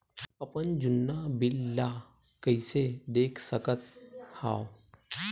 अपन जुन्ना बिल ला कइसे देख सकत हाव?